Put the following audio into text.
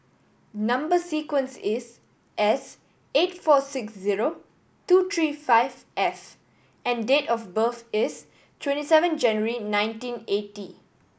number sequence is S eight four six zero two three five F and date of birth is twenty seven January nineteen eighty